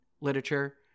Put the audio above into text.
literature